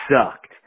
sucked